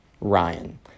Ryan